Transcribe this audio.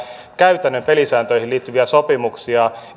käytännön pelisääntöihin liittyviä sopimuksia esimerkiksi